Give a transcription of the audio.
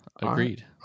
agreed